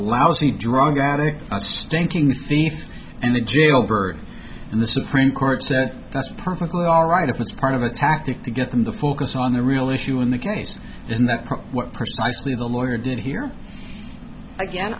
lousy drug addict a stinking thief and a jailbird and the supreme court said that's perfectly all right if it's part of a tactic to get them to focus on the real issue in the case isn't that what precisely the lawyer did here again